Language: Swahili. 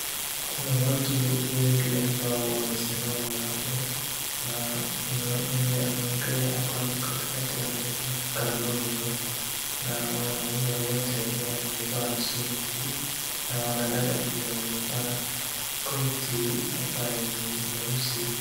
Kuna watu wengi ambao wamesimama hapo na kuna mwenye anaongea ako hapo katikati anaitwa Kalonzo na wanaume wote wamevaa suti na wanadada pia wamevaa koti ambaye ni nyeusi.